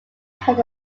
had